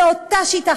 זו אותה שיטה,